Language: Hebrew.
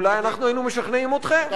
אולי אנחנו היינו משכנעים אתכם,